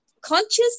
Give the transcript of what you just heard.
conscious